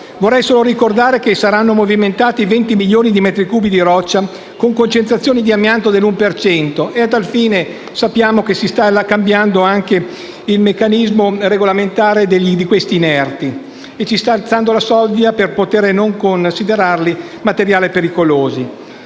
Vorrei ricordare solo che saranno movimentati 20 milioni di metri cubi di roccia con concentrazioni di amianto del 1 per cento (a tal fine sappiamo che si sta cambiando il meccanismo regolamentare di questi inerti e si sta alzando la soglia per poterli considerare materiali non pericolosi),